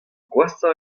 gwashañ